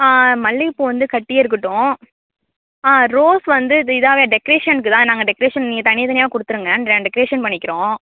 மல்லிகைப்பூ வந்து கட்டியே இருக்கட்டும் ஆ ரோஸ் வந்து இது இதாகவே டெக்ரேஷனுக்கு தான் நாங்கள் டெக்ரேஷன் நீங்கள் தனி தனியாக கொடுத்துருங்க டெக்ரேஷன் பண்ணிக்கிறோம்